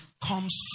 comes